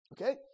Okay